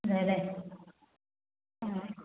അതെ അതെ ആ